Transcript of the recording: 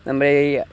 आमफ्राय